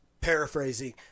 paraphrasing